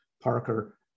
Parker